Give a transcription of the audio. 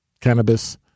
cannabis